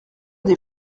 des